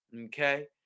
Okay